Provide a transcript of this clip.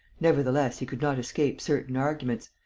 nevertheless he could not escape certain arguments,